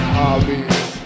hobbies